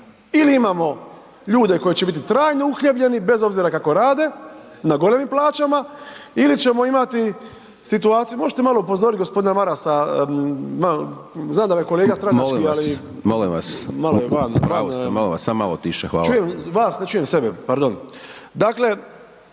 Ili imamo ljude koji će biti trajno uhljebljeni, bez obzira kako rade, na golemim plaćama, ili ćemo imati situaciju, možete malo upozoriti, gospodina Marasa, znam da me kolega stranački ali …/Upadica Hajdaš Dončić: Molim vas, molim vas, u pravu, ste molim vas samo malo tiše. Hvala./… čujem vas ne čujem sebe. Dakle,